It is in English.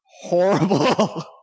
horrible